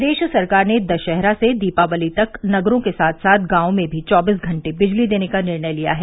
प्रदेश सरकार ने दशहरा से दीपावली पर्व तक नगरों के साथ साथ गांवों में भी चौबीस घंटे बिजली देने का निर्णय किया है